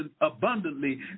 abundantly